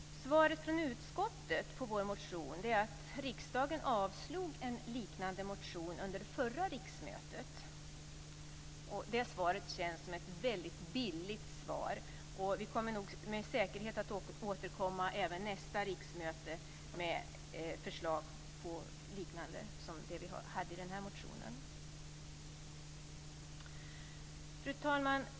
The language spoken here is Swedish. Svaret från utskottet på vår motion är att riksdagen avslog en liknande motion under förra riksmötet. Det svaret känns som ett billigt svar, och vi kommer med säkerhet att återkomma även nästa riksmöte med förslag liknande de vi hade i den här motionen. Fru talman!